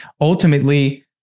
ultimately